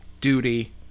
duty